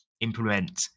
implement